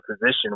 position